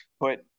put –